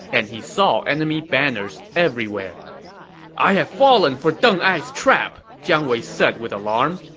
and he saw enemy banners everywhere i have fallen for deng ai's trap! jiang wei said with alarm.